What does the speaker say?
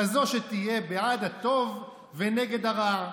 כזאת שתהיה בעד הטוב ונגד הרע,